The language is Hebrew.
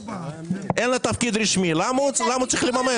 אין לה תפקיד רשמי, למה הוא צריך לממן?